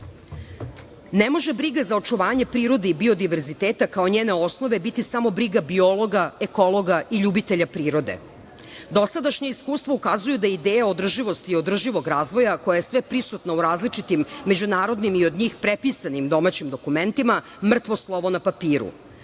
može briga za očuvanje prirode i biodiverziteta kao njene osnove biti samo briga biologa, ekologa i ljubitelja prirode. Dosadašnje iskustvo ukazuje da ideja održivosti i održivog razvoja, koja je sveprisutna u različitim međunarodnim i od njih prepisanim domaćim dokumentima, mrtvo slovo na papiru.